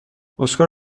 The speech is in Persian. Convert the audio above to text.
اسکار